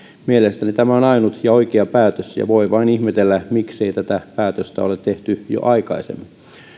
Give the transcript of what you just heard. mielestäni tämä on ainut ja oikea päätös ja voi vain ihmetellä miksei tätä päätöstä ole tehty jo aikaisemmin